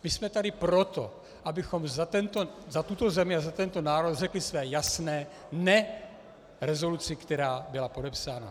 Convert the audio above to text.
My jsme tady proto, abychom za tuto zemi a za tento národ řekli své jasné ne rezoluci, která byla podepsána.